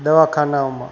દવાખાનાઓમાં